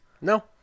No